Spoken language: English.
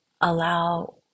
allow